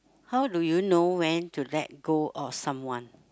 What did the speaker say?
how do you know when to let go of someone